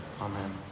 Amen